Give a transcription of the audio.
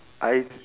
I